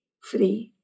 free